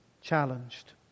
challenged